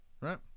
right